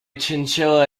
chinchilla